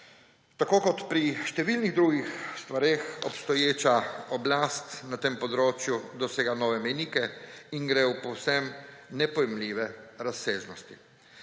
Tako kot pri številnih drugih stvareh obstoječa oblast na tem področju dosega nove mejnike in gre v povsem nepojmljive razsežnosti.